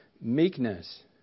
meekness